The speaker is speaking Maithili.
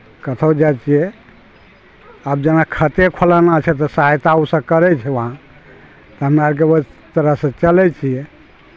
कतहु जाए छिए आब जेना खाते खोलाना छै तऽ सहायता ओसब करै छै वहाँ तऽ हमरा आओरके ओहि तरहसे चलै छिए